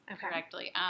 correctly